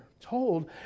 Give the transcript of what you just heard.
told